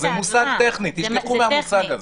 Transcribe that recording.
זה מושג טכני, תשכחו מהמושג הזה.